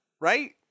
right